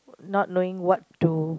not knowing what to